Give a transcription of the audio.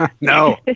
No